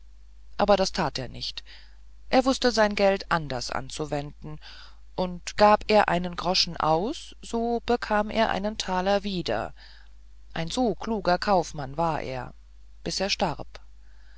aber das that er nicht er wußte sein geld anders anzuwenden und gab er einen groschen aus so bekam er einen thaler wieder ein so kluger kaufmann war er bis er starb